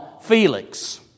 Felix